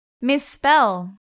misspell